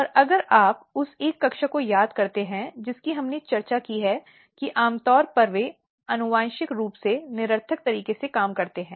और अगर आप उस एक कक्षा को याद करते हैं जिसकी हमने चर्चा की है कि आमतौर पर वे आनुवंशिक रूप से निरर्थक तरीके से काम करते हैं